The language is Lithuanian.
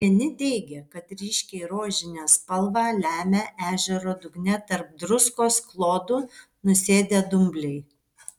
vieni teigė kad ryškiai rožinę spalvą lemia ežero dugne tarp druskos klodų nusėdę dumbliai